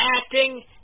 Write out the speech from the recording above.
acting